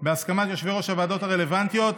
בהסכמת יושבי-ראש הוועדות הרלוונטיות,